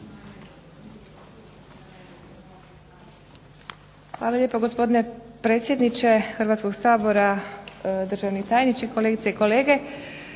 Hvala lijepo gospodine predsjedniče Hrvatskog sabora, državni tajniče, kolegice i kolege.